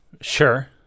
sure